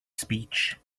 speech